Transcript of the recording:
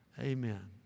amen